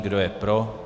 Kdo je pro?